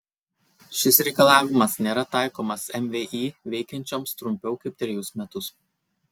šis reikalavimas nėra taikomas mvį veikiančioms trumpiau kaip trejus metus